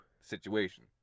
situation